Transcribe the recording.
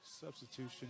Substitution